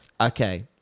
Okay